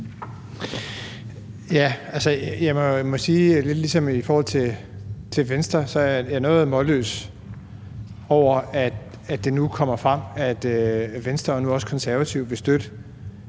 (S): Jeg må sige, som jeg sagde til Venstre, at jeg er noget målløs over, at det nu kommer frem, at Venstre og nu også Konservative vil støtte